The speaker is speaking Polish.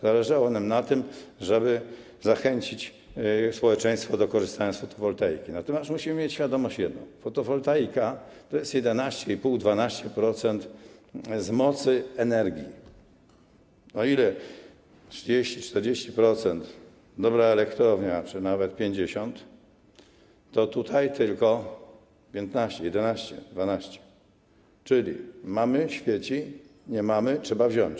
Zależało nam na tym, żeby zachęcić społeczeństwo do korzystania z fotowoltaiki, natomiast musimy mieć świadomość, że fotowoltaika to jest 11,5, 12% z mocy energii, o ile 30, 40% to dobra elektrownia, czy nawet 50, to tutaj tylko 15, 11, 12, czyli mamy - świeci, nie mamy - trzeba wziąć.